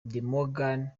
morgan